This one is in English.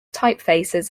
typefaces